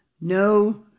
No